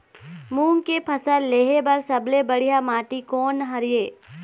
मूंग के फसल लेहे बर सबले बढ़िया माटी कोन हर ये?